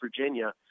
Virginia